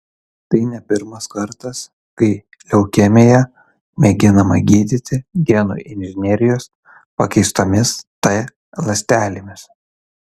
tai ne pirmas kartas kai leukemiją mėginama gydyti genų inžinerijos pakeistomis t ląstelėmis